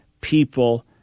people